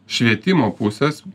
švietimo pusės